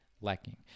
lacking